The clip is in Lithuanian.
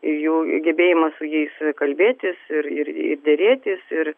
jų gebėjimą su jais kalbėtis ir ir derėtis ir